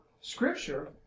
Scripture